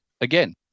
again